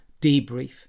debrief